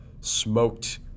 smoked